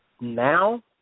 Now